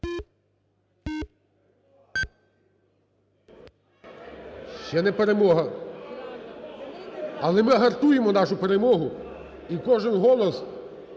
Ще не перемога! Але ми гартуємо нашу перемогу, і кожен голос